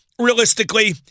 realistically